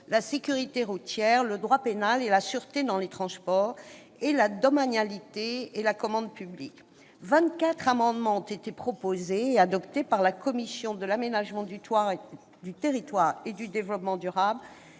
la sécurité routière, le droit pénal et la sûreté dans les transports, la domanialité et la commande publiques. Ce sont 24 amendements qui ont été proposés et adoptés par la commission de l'aménagement du territoire et du développement durable,